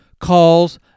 calls